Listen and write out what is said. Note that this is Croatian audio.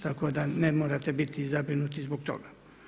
Tako da, ne morate biti zabrinuti zbog toga.